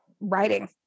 writing